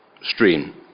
stream